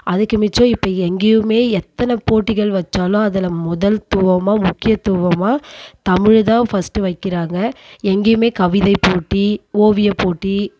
அதுக்கு மிச்சம் இப்போ எங்கேயுமே எத்தனை போட்டிகள் வைச்சாலும் அதில் முதல்த்துவமா முக்கியத்துவமாக தமிழ் தான் ஃபஸ்ட்டு வைக்கிறாங்க எங்கேயுமே கவிதைப்போட்டி ஓவியப்போட்டி